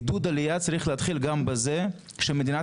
עידוד עלייה צריך להתחיל בזה שמדינת